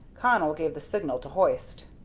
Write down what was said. connell gave the signal to hoist.